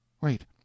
Wait